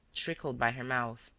trickled by her mouth,